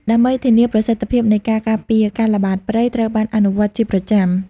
ដើម្បីធានាប្រសិទ្ធភាពនៃការការពារ ការល្បាតព្រៃ ត្រូវបានអនុវត្តជាប្រចាំ។